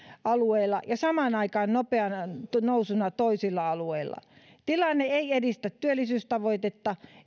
alueilla ja samaan aikaan nopeana nousuna toisilla alueilla tilanne ei edistä työllisyystavoitetta